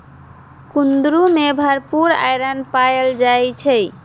कुंदरू में भरपूर आईरन पाएल जाई छई